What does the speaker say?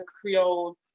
Creole